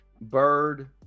Bird